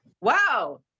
Wow